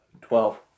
Twelve